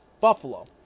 Buffalo